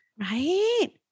Right